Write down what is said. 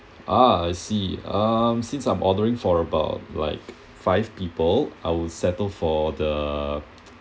ah I see um since I'm ordering for about like five people I will settle for the